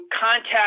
contact